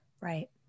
Right